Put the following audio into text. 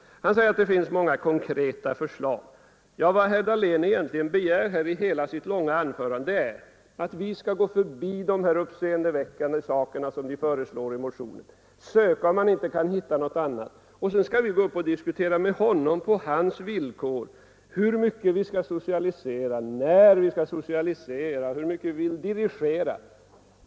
Han säger att det finns många konkreta förslag. Ja, vad herr Dahlén egentligen begär i hela sitt långa anförande är att vi skall gå förbi de uppseendeväckande saker som föreslås i motionen, söka hitta något annat, och så skall vi gå upp och diskutera med honom på hans villkor hur mycket vi skall socialisera, när vi skall socialisera, hur mycket vi vill dirigera.